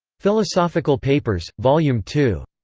philosophical papers, vol. yeah um two.